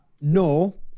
No